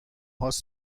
هاست